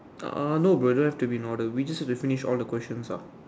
uh no bro don't have to be in order we just have to finish all the questions ah